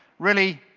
really,